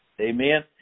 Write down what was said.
Amen